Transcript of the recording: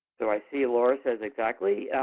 so i see laura says exactly.